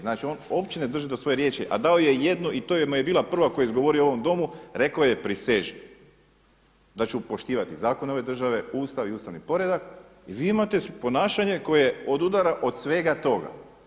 Znači on uopće ne drži do svoje riječi a dao je jednu i to mu je bila prva koju je izgovorio u ovom Domu, rekao je prisežem da ću poštivati zakone ove države, Ustav i ustavni poredak i vi imate ponašanje koje odudara od svega toga.